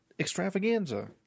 Extravaganza